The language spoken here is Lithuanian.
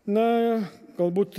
na galbūt